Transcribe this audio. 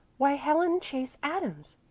why, helen chase adams,